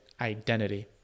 identity